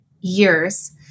years